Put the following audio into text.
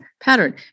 pattern